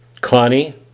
Connie